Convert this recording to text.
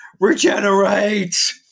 regenerate